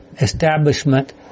establishment